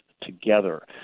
together